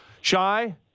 Shy